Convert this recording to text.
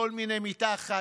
כל מיני מתחת,